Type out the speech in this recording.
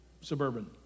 Suburban